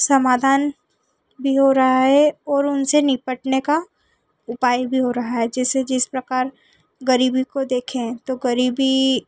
समाधान भी हो रहा है और उन से निपटने का उपाय भी हो रहा है जैसे जिस प्रकार ग़रीबी को देखें तो ग़रीबी